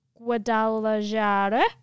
Guadalajara